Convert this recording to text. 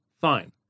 fine